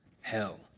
hell